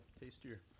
tastier